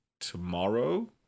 tomorrow